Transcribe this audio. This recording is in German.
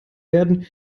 werden